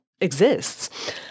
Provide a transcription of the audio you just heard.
exists